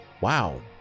Wow